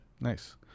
Nice